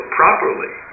properly